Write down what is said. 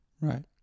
Right